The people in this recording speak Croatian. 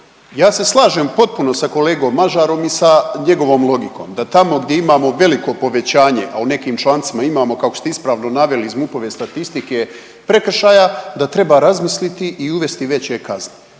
Ja sam slažem potpuno sa kolegom Mažarom i sa njegovom logikom, da tamo gdje imamo veliko povećanje, a u nekim člancima imamo, kako ste ispravno naveli iz MUP-ove statistike prekršaja, da treba razmisliti i uvesti veće kazne.